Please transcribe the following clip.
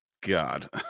god